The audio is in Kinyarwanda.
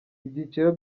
ibyiciro